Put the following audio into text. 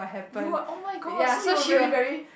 you were oh my god so you were really very